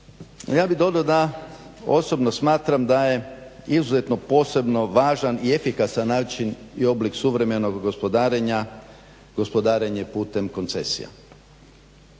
je izuzetno posebno smatram da je izuzetno posebno važan i efikasan način i oblik suvremenog gospodarenja, gospodarenje putem koncesija.